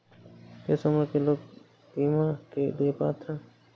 किस उम्र के लोग बीमा के लिए पात्र हैं?